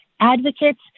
advocates